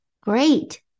Great